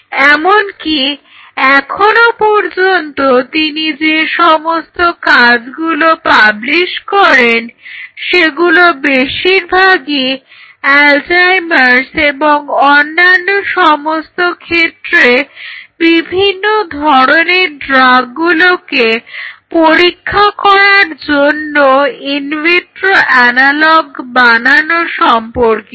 এমনকি এখনও পর্যন্ত তিনি যে সমস্ত কাজগুলো পাবলিশ করেন সেগুলো বেশিরভাগই অ্যালজাইমার্স এবং অন্যান্য সমস্ত ক্ষেত্রে বিভিন্ন ধরনের ড্রাগগুলোকে পরীক্ষা করার জন্য ইনভিট্রো অ্যানালগ বানানো সম্পর্কিত